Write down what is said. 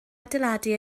adeiladu